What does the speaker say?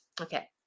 okay